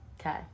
Okay